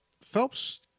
phelps